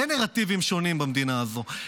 אין נרטיבים שונים במדינה הזו.